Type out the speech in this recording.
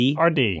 rd